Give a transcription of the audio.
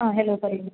ആ ഹലോ പറയൂ